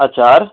আচ্ছা আর